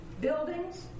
Buildings